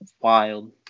wild